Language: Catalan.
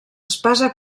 espasa